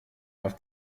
auf